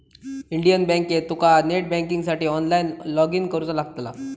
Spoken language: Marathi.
इंडियन बँकेत तुका नेट बँकिंगसाठी ऑनलाईन लॉगइन करुचा लागतला